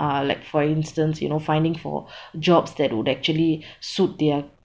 uh like for instance you know finding for jobs that would actually suit their